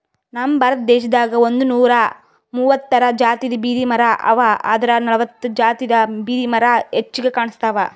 ನಮ್ ಭಾರತ ದೇಶದಾಗ್ ಒಂದ್ನೂರಾ ಮೂವತ್ತಾರ್ ಜಾತಿದ್ ಬಿದಿರಮರಾ ಅವಾ ಆದ್ರ್ ನಲ್ವತ್ತ್ ಜಾತಿದ್ ಬಿದಿರ್ಮರಾ ಹೆಚ್ಚಾಗ್ ಕಾಣ್ಸ್ತವ್